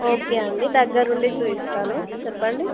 okay అండి దగ్గర నుండి చూపిస్తాను చెప్పండి